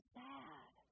sad